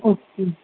okay